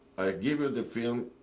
give you the film,